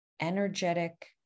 energetic